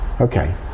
Okay